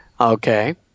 Okay